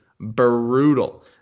brutal